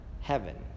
heaven